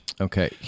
Okay